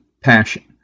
passion